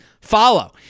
follow